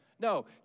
No